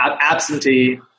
absentee